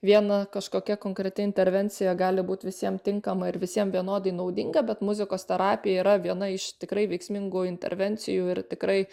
viena kažkokia konkreti intervencija gali būt visiem tinkama ir visiem vienodai naudinga bet muzikos terapija yra viena iš tikrai veiksmingų intervencijų ir tikrai